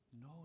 No